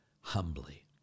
humbly